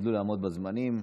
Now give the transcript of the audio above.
תשתדלו לעמוד בזמנים.